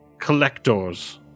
collectors